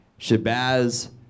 Shabazz